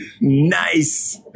Nice